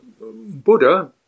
Buddha